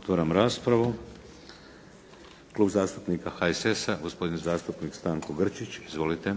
Otvaram raspravu. Klub zastupnika HSS-a gospodin zastupnik Stanko Grčić. Izvolite.